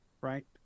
Right